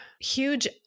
huge